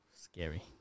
Scary